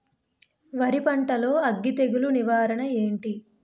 వరి పంటలో అగ్గి తెగులు నివారణ ఏంటి?